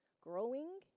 growing